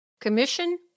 commission